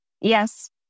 Yes